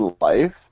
life